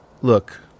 Look